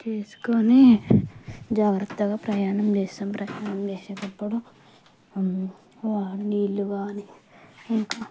చేసుకుని జాగ్రత్తగా ప్రయాణం చేస్తాం ప్రయాణం చేసేటప్పుడు వాడే నీళ్ళు కాని ఇంకా